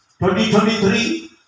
2023